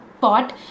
pot